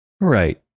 Right